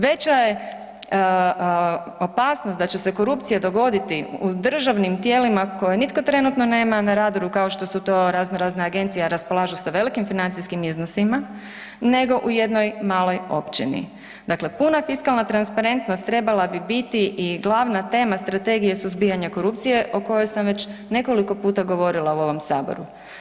Veća je opasnost da će se korupcija dogoditi u državnim tijelima koje nitko trenutno nema na radaru, kao što su to razno razne agencije, a raspolažu sa velikim financijskim iznosima, nego u jednom maloj općini, dakle puna fiskalna transparentnost trebala bi biti i glavna tema strategije suzbijanja korupcije o kojoj sam već nekoliko puta govorila u ovom Saboru.